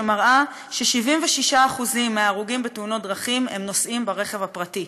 שמראה ש-76% מההרוגים בתאונות דרכים הם נוסעים ברכב הפרטי.